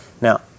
Now